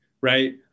right